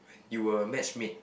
you were matchmade